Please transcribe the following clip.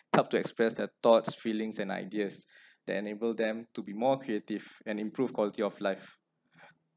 up to express their thoughts feelings and ideas that enable them to be more creative and improve quality of life